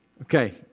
Okay